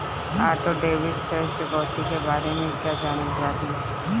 Auto debit ऋण चुकौती के बारे में कया जानत बानी?